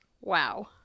wow